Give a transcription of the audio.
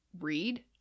read